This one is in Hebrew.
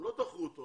הם לא דחו אותו.